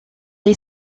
est